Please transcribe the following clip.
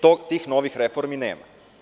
Tih novih reformi nema.